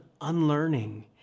unlearning